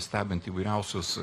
stebint įvairiausius